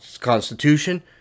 Constitution